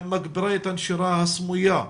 מגבירה את הנשירה הסמויה.